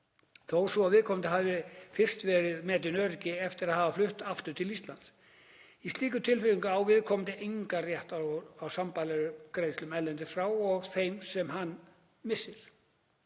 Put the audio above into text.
þó svo að viðkomandi hafi fyrst verið metinn öryrki eftir að hafa flust aftur til Íslands. Í slíku tilviki á viðkomandi engan rétt á sambærilegum greiðslum erlendis frá og þeim sem hann missir.